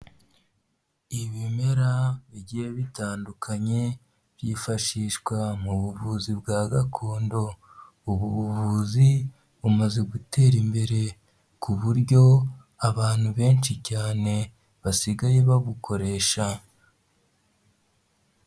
Ibimera bigiye bitandukanye byifashishwa mu buvuzi bwa gakondo, ubu buvuzi bumaze gutera imbere ku buryo abantu benshi cyane basigaye babukoresha.